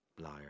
Liar